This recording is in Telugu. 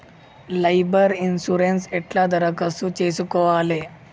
లేబర్ ఇన్సూరెన్సు ఎట్ల దరఖాస్తు చేసుకోవాలే?